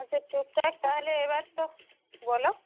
আচ্ছা টুকটাক তাহলে এবার তো বলো